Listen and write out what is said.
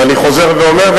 ואני חוזר ואומר,